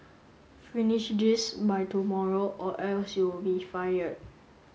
finish this by tomorrow or else you'll be fired